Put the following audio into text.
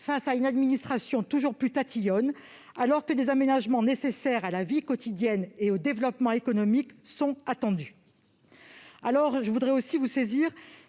face à une administration toujours plus tatillonne, alors que des aménagements nécessaires à la vie quotidienne et au développement économique sont attendus. Je voudrais aussi vous saisir,